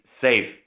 safe